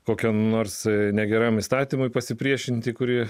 kokiam nors negeram įstatymui pasipriešinti kuri